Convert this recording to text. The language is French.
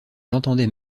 l’entendait